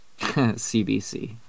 CBC